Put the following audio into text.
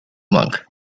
monk